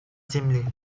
земле